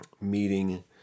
meeting